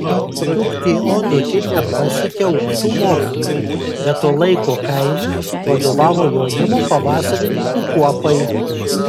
duktė onutė nepasiekė aukštų mokslų bet to laiko kaime vadovavo jaunimo pavasarininkų kuopai